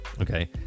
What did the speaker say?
Okay